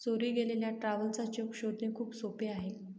चोरी गेलेला traveller cheque शोधणे खूप सोपे आहे